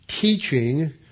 teaching